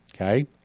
okay